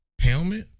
helmet